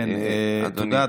תודה.